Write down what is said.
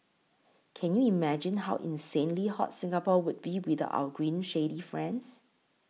can you imagine how insanely hot Singapore would be without our green shady friends